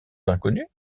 inconnu